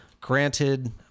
Granted